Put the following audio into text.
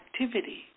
activity